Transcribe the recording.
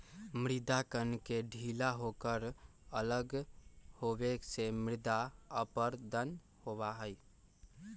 मृदा कण के ढीला होकर अलग होवे से मृदा अपरदन होबा हई